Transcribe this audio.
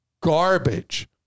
garbage